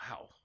Wow